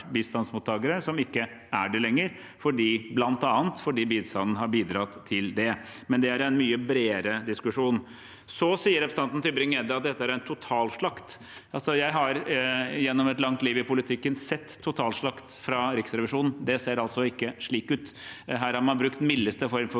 bistandsmottakere, som ikke er det lenger, bl.a. fordi bistanden har bidratt til det. Men det er en mye bredere diskusjon. Representanten Tybring-Gjedde sier at dette er totalslakt. Jeg har gjennom et langt liv i politikken sett totalslakt fra Riksrevisjonen. Det ser altså ikke slik ut. Her har man brukt den mildeste form for